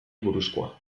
buruzkoa